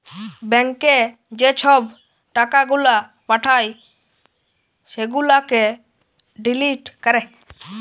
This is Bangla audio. ব্যাংকে যে ছব টাকা গুলা পাঠায় সেগুলাকে ডিলিট ক্যরে